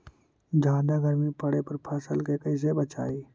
जादा गर्मी पड़े पर फसल के कैसे बचाई?